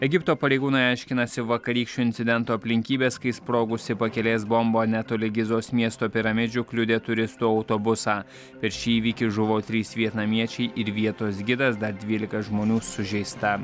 egipto pareigūnai aiškinasi vakarykščio incidento aplinkybes kai sprogusi pakelės bomba netoli gizos miesto piramidžių kliudė turistų autobusą per šį įvykį žuvo trys vietnamiečiai ir vietos gidas dar dvylika žmonių sužeista